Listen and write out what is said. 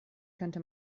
könnte